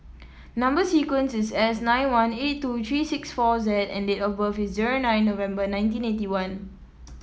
number sequence is S nine one eight two three six four Z and date of birth is zero nine November nineteen eighty one